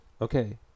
okay